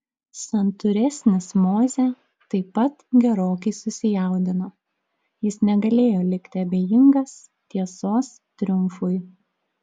santūresnis mozė taip pat gerokai susijaudino jis negalėjo likti abejingas tiesos triumfui